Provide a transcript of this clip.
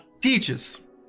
Peaches